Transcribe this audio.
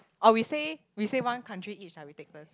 or we say we say one country each ah we take turns